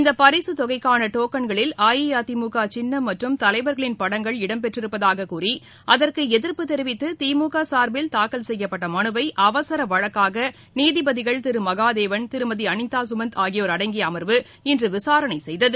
இந்த பரிசுத்தொகைக்கான டோக்கள்களில் அஇஅதிமுக சின்னம் மற்றும் தலைவர்களின் படங்கள் இடம்பெற்றிருப்பதாக கூறி அதற்கு எதிர்ப்பு தெரிவித்து திமுக சார்பில் தாக்கல் செய்யப்பட்ட மனுவை அவசர வழக்காக நீதிபதிகள் திரு மனதேவன் திருமதி அளிதா கமந்த் ஆகியோர் அடங்கிய அர்வு இன்று விசாரண செய்தது